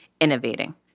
innovating